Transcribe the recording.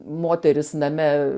moteris name